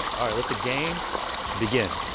all right, let the game begin.